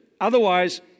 Otherwise